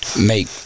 make